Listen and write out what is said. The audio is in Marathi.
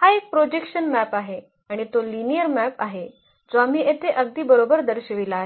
हा एक प्रोजेक्शन मॅप आहे आणि तो लिनिअर मॅप आहे जो आम्ही येथे अगदी बरोबर दर्शविला आहे